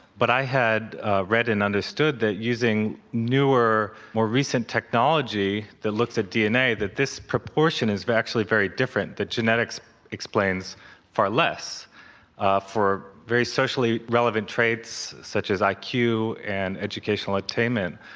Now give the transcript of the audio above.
but i had read and understood that using newer, more recent technology that looked at dna that this proportion is actually very different, that genetics explains far less ah for very socially relevant traits such as like iq and educational attainment.